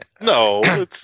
No